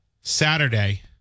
Saturday